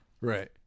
Right